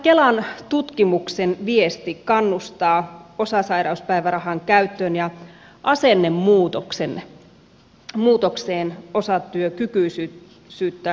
tämä kelan tutkimuksen viesti kannustaa osasairauspäivärahan käyttöön ja asennemuutokseen osatyökykyisyyttä kohtaan